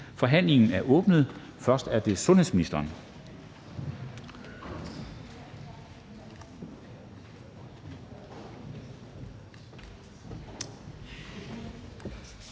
Forhandlingen er åbnet. Først er det sundhedsministeren.